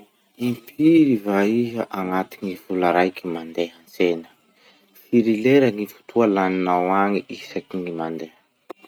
Impiry va iha agnatin'ny vola raiky mandeha antsena? Firy lera gny fotoa laninao agny isakin'ny mandeha?